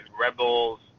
Rebels